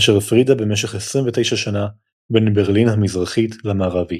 אשר הפרידה במשך 29 שנה בין ברלין המזרחית למערבית.